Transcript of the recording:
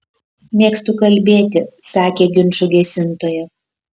mėgstu kalbėti sakė ginčų gesintoja